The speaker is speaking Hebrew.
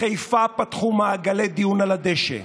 בחיפה פתחו מעגלי דיון על הדשא,